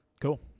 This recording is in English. Cool